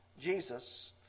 Jesus